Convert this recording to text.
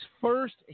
first